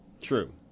True